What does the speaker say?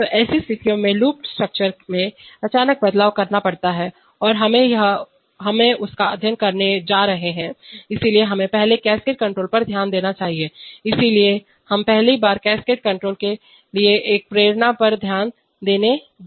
तो ऐसी स्थितियों में लूप स्ट्रक्चर में अचानक बदलाव करना पड़ता है और हम उसका अध्ययन करने जा रहे हैं इसलिए हमें पहले कैस्केड कण्ट्रोल पर ध्यान देना चाहिए इसलिए हम पहली बार कैस्केड कण्ट्रोल के लिए एक प्रेरणा पर ध्यान देने जा रहे हैं